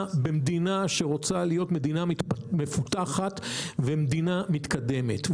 במדינה שרוצה להיות מדינה מפותחת ומדינה מתקדמת.